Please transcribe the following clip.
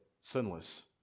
sinless